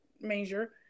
major